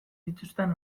dituzten